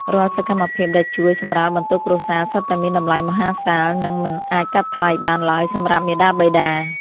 រាល់សកម្មភាពដែលជួយសម្រាលបន្ទុកគ្រួសារសុទ្ធតែមានតម្លៃមហាសាលនិងមិនអាចកាត់ថ្លៃបានឡើយសម្រាប់មាតាបិតា។